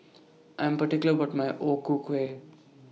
I'm particular about My O Ku Kueh